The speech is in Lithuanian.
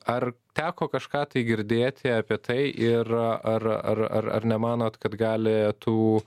ar teko kažką tai girdėti apie tai ir ar ar ar ar nemanot kad gali tų